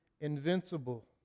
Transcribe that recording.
invincible